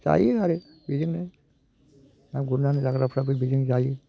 जायो आरो बेजोंनो ना गुरनानै जाग्राफ्राबो बेजोंनो जायो